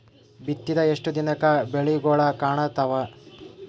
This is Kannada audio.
ಬಿತ್ತಿದ ಎಷ್ಟು ದಿನಕ ಬೆಳಿಗೋಳ ಕಾಣತಾವ?